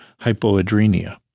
hypoadrenia